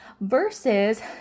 versus